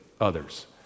others